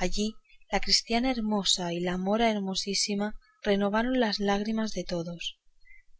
allí la cristiana hermosa y la mora hermosísima renovaron las lágrimas de todos